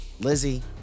Lizzie